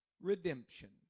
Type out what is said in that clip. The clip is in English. Redemption